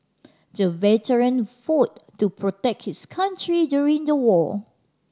the veteran fought to protect his country during the war